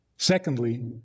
Secondly